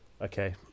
Okay